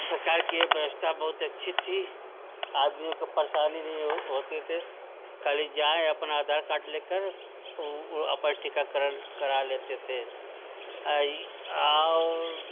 सरकार की व्यवस्था बहुत अच्छी थी आदमियों को परेशानी नहीं होती थी खाली जाएँ अपना आधार कार्ड लेकर ऊ अपन टीकाकरण करा लेते थे और